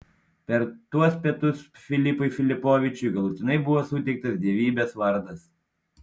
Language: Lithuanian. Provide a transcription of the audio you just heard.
per tuos pietus filipui filipovičiui galutinai buvo suteiktas dievybės vardas